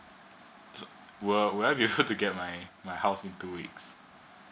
so will i will i be able to get my my house in two weeks